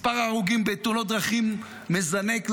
מספר ההרוגים בתאונות דרכים מזנק,